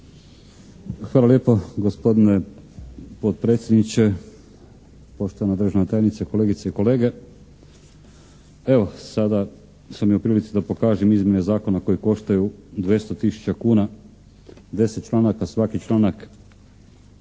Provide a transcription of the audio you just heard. Hvala lijepo gospodine potpredsjedniče, poštovana državna tajnice, kolegice i kolege. Evo, sada sam i u prilici da pokažem izmjene Zakona koje koštaju 200 tisuća kuna. 10 članaka, svaki članak